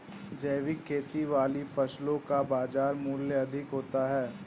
जैविक खेती वाली फसलों का बाज़ार मूल्य अधिक होता है